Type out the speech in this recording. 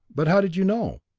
but how did you know?